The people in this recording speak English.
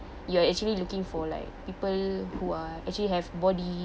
you are actually looking for like people who are actually have body